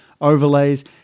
overlays